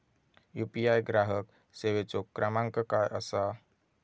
UPI ग्राहक सेवेचो क्रमांक काय असा?